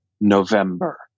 November